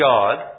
God